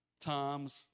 times